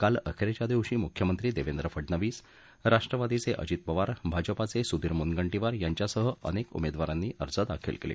काल अखेरच्या दिवशी मुख्यमंत्री देवेंद्र फडणवीस राष्ट्रवादीचे अजित पवार भाजपाचे सुधीर मुनगंटीवार यांच्यासह अनेक उमेदवारांनी अर्ज दाखल केले